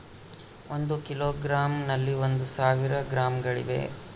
ಒಂದು ಕಿಲೋಗ್ರಾಂ ನಲ್ಲಿ ಒಂದು ಸಾವಿರ ಗ್ರಾಂಗಳಿವೆ